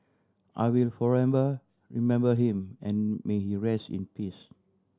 I will forever remember him and may he rest in peace